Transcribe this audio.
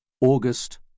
August